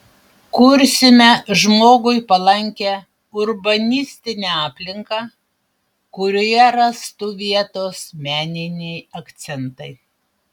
kursime žmogui palankią urbanistinę aplinką kurioje rastų vietos meniniai akcentai